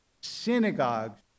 synagogues